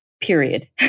period